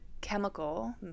chemical